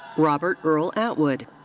robert earl atwood.